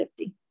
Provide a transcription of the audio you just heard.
50